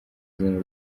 izina